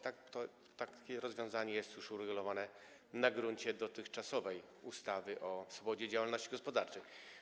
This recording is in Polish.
Takie rozwiązanie jest już uregulowane na gruncie dotychczasowej ustawy o swobodzie działalności gospodarczej.